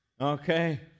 Okay